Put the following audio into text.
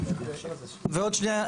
ועוד שנייה,